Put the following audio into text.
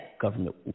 government